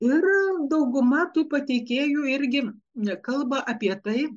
ir dauguma tų pateikėjų irgi kalba apie tai